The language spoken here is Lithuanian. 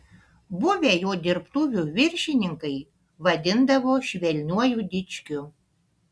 buvę jo dirbtuvių viršininkai vadindavo švelniuoju dičkiu